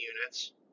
units